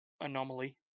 anomaly